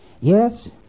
yes